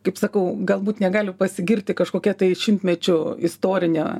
kaip sakau galbūt negali pasigirti kažkokia tai šimtmečio istorinio